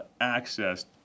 access